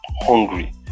hungry